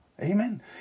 Amen